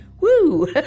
Woo